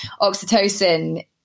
oxytocin